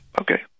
okay